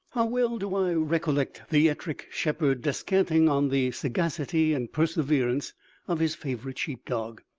how well do i recollect the ettrick shepherd descanting on the sagacity and perseverance of his favourite sheep-dog!